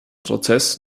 prozess